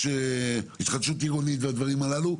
התחדשות עירונית והדברים הללו.